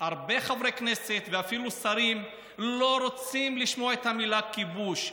הרבה חברי כנסת ואפילו שרים לא רוצים לשמוע את המילה "כיבוש".